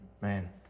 Man